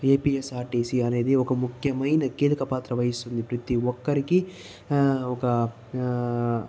APSRTC అనేది ఒక ముఖ్యమైన కీలక పాత్ర వహిస్తుంది ప్రతి ఒక్కరికి ఒక